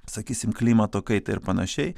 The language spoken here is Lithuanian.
sakysim klimato kaitą ir panašiai